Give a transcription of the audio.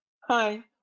Hi